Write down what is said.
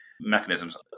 Mechanisms